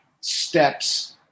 steps